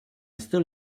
still